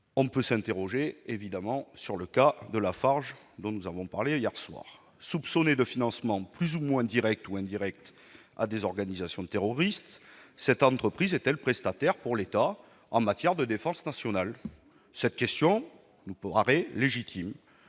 on peut s'interroger sur le cas de Lafarge, dont il a été question dans nos débats hier soir. Soupçonnée de financements plus ou moins directs à des organisations terroristes, cette entreprise est-elle prestataire pour l'État en matière de défense nationale ? Cette question nous semble légitime.